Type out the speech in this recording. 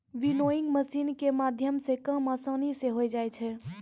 winnowing मशीनो के माध्यमो से काम असानी से होय जाय छै